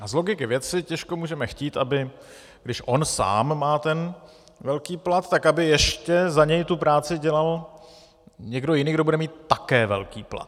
Z logiky věci těžko můžeme chtít, když on sám má ten velký plat, tak aby ještě za něj tu práci dělal někdo jiný, kdo bude mít také velký plat.